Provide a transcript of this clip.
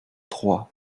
trois